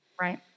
Right